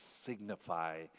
signify